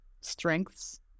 strengths